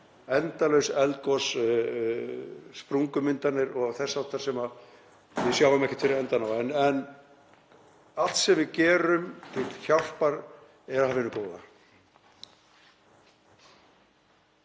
endalaus eldgos, sprungumyndanir og þess háttar sem við sjáum ekkert fyrir endann á. En allt sem við gerum til hjálpar er af hinu góða.